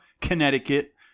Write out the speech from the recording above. Connecticut